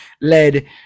led